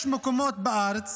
יש מקומות בארץ